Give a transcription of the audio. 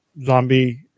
Zombie